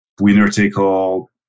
winner-take-all